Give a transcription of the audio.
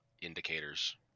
indicators